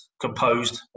composed